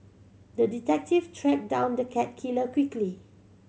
the detective tracked down the cat killer quickly